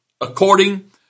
according